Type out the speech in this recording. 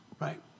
right